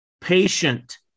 patient